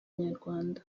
nyarwanda